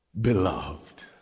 beloved